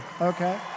Okay